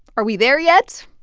are we there yet?